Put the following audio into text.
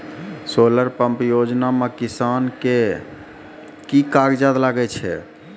Solar pump योजना म किसान के की कागजात लागै छै?